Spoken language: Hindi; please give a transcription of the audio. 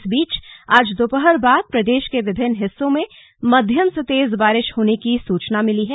इस बीच आज दोपहर बाद प्रदेश के विभिन्न हिस्सों में मध्यम से तेज बारिश होने की सूचना मिली है